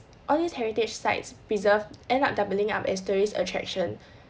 all these heritage sites preserved end up doubling up as tourist attraction